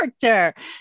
character